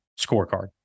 scorecard